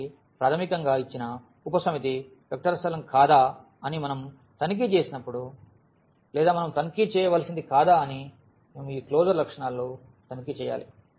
కాబట్టి ప్రాథమికంగా ఇచ్చిన ఉపసమితి వెక్టర్ స్థలం కాదా అని మనం తనిఖీ చేసినప్పుడు లేదా మనం తనిఖీ చేయవలసినది కాదా అని మేము ఈ క్లోజర్ లక్షణాలు తనిఖీ చేయాలి